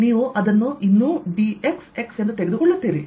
ನೀವು ಅದನ್ನು ಇನ್ನೂ dx x ಎಂದು ತೆಗೆದುಕೊಳ್ಳುತ್ತೀರಿ